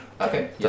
Okay